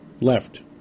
left